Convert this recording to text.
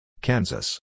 Kansas